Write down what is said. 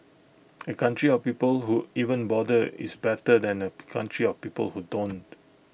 A country of people who even bother is better than A country of people who don't